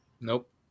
Nope